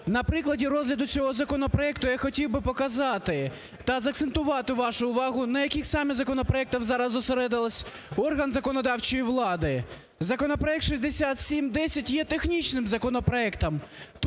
На прикладі розгляду цього законопроекту я хотів би показати та закцентувати вашу увагу, на яких саме законопроектах зараз зосередився орган законодавчої влади. Законопроект 6710 є технічним законопроектом.